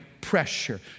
pressure